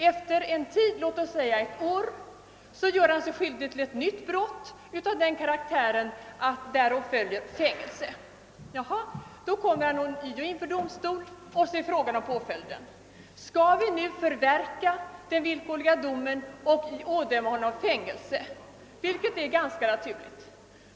Efter låt oss säga ett år gör han sig skyldig till ett nytt brott av den karaktären att därå följer fängelse. Då kommer han ånyo inför domstol, och så är det fråga om påföljden. Skall vi nu förverka den skyddstillsynen och ådöma honom fängelse, vilket är ganska naturligt?